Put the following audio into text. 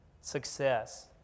success